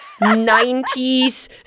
90s